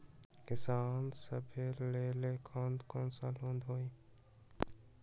किसान सवे लेल कौन कौन से लोने हई?